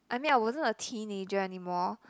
I mean I wasn't a teenager anymore